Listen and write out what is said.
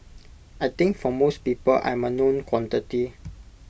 I think for most people I'm A known quantity